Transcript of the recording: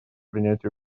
принять